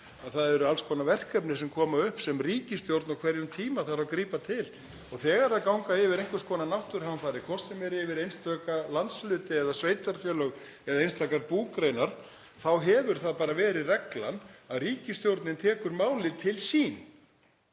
það eru alls konar verkefni sem koma upp sem ríkisstjórn á hverjum tíma þarf að grípa til. Og þegar ganga yfir einhvers konar náttúruhamfarir, hvort sem er yfir einstaka landshluta eða sveitarfélög eða einstakar búgreinar, þá hefur það bara verið reglan að ríkisstjórnin tekur málið til sín